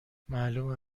معلومه